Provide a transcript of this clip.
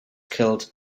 killed